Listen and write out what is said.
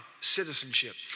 citizenship